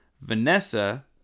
Vanessa